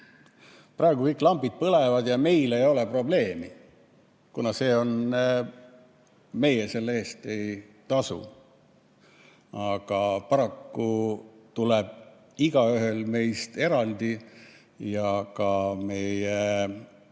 Praegu kõik lambid põlevad ja meil ei ole probleemi, kuna meie selle eest ei tasu. Aga paraku tuleb igaühel meist eraldi ja ka meie